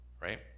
right